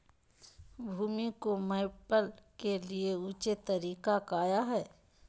भूमि को मैपल के लिए ऊंचे तरीका काया है?